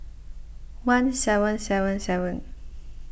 one seven seven seven